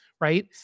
right